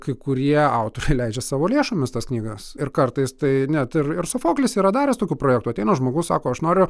kai kurie autoriai leidžia savo lėšomis tas knygas ir kartais tai net ir ir sofoklis yra daręs tokių projektų ateina žmogus sako aš noriu